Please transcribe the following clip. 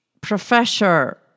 professor